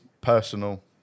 personal